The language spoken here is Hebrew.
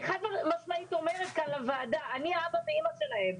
אני חד משמעית אומרת כאן לוועדה: אני האבא והאימא שלהם.